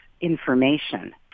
information